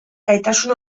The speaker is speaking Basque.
gaitasun